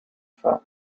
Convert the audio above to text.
from